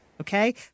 okay